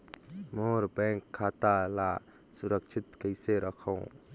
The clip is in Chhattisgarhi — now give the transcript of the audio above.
मोर बैंक खाता ला सुरक्षित कइसे रखव?